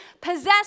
possess